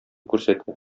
күрсәтә